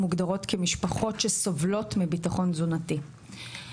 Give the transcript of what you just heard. מוגדרות כמשפחות שסובלות מביטחון תזונתי.